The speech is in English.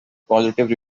positive